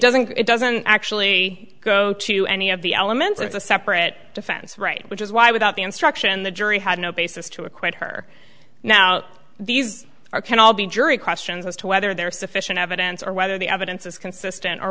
doesn't it doesn't actually go to any of the elements it's a separate defense right which is why without the instruction the jury had no basis to acquit her now these are can all be jury questions as to whether there is sufficient evidence or whether the evidence is consistent or